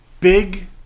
big